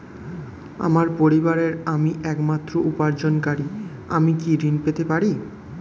আমার পরিবারের আমি একমাত্র উপার্জনকারী আমি কি ঋণ পেতে পারি?